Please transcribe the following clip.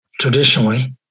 traditionally